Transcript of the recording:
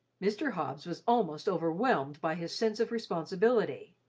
mr. hobbs was almost overwhelmed by his sense of responsibility,